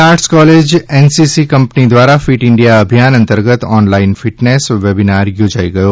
arts college NCC company દ્વારા fit India અભિયાન અંતર્ગત ઓનલાઈન ફીટનેસ વેબીનાર યોજાઈ ગયો